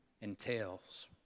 entails